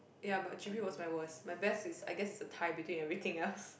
ya but g_p was my worst my best is I guess it's a tie between everything else